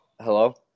Hello